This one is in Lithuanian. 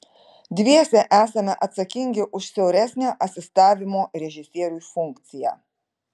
dviese esame atsakingi už siauresnę asistavimo režisieriui funkciją